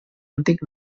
antic